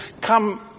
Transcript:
Come